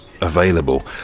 available